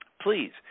Please